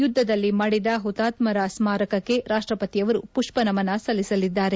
ಯುದ್ಧದಲ್ಲಿ ಮಡಿದ ಹುತಾತ್ಕರ ಸ್ಥಾರಕಕ್ಕೆ ರಾಷ್ಟಪತಿಯವರು ಪುಷ್ವನಮನ ಸಲ್ಲಿಸಲಿದ್ದಾರೆ